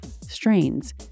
strains